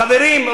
חברים,